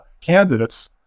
candidates